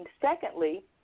secondly